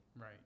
right